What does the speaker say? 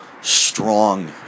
strong